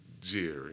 Jerry